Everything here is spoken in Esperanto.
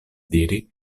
diri